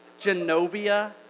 Genovia